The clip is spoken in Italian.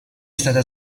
stata